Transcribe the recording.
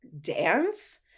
dance